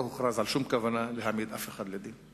לא הוכרז על שום כוונה להעמיד אף אחד לדין.